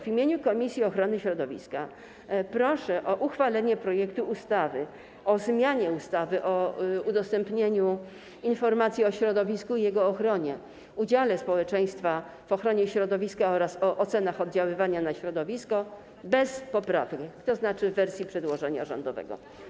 W imieniu Komisji Ochrony Środowiska, Zasobów Naturalnych i Leśnictwa proszę o uchwalenie projektu ustawy o zmianie ustawy o udostępnianiu informacji o środowisku i jego ochronie, udziale społeczeństwa w ochronie środowiska oraz o ocenach oddziaływania na środowisko bez poprawek, tzn. w wersji z przedłożenia rządowego.